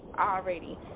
already